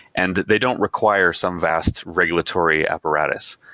and they don't require some vast regulatory apparatus.